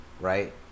Right